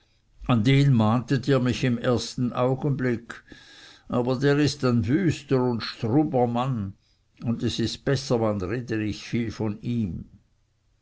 an den mahntet ihr mich im ersten augenblick aber der ist ein wüster und struber mann und es ist besser man rede nicht viel von ihm